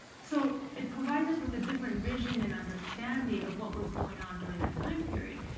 so it provides us with a different vision and understanding of what was going on during that time period.